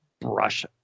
brush